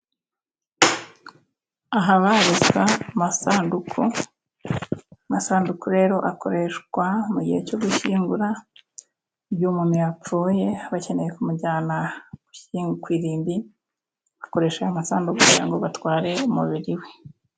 Ahabarizwa amasanduku. Amasanduku rero akoreshwa mu gihe cyo gushyingura igihe umuntu yapfuye, bakeneye kumujyana ku irimbi bakoresha amasanduku kugira ngo batware umubiri we.